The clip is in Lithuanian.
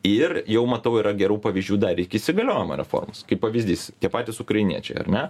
ir jau matau yra gerų pavyzdžių dar iki įsigaliojimo reformos kaip pavyzdys tie patys ukrainiečiai ar ne